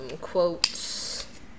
quotes